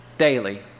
Daily